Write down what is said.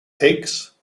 pigs